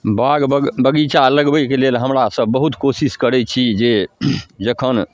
बाग बगीचा लगबैके लेल हमरासभ बहुत कोशिश करै छी जे जखन